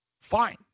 fine